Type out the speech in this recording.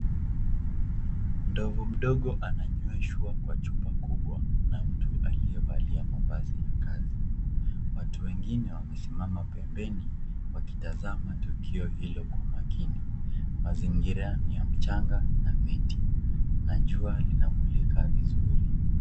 Ndovu mdogo ananyweshwa kwa chupa kubwa na mtu aliyevalia mavazi ya kazi. Watu wengine wamesimama pembeni wakitazama tukio hilo kwa umakini. Mazingira ni ya mchanga na miti na jua linamulika vizuri.